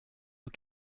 aux